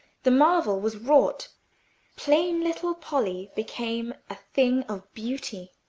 the marvel was wrought plain little polly became a thing of beauty.